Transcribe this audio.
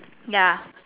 ya